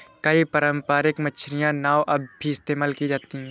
कई पारम्परिक मछियारी नाव अब भी इस्तेमाल की जाती है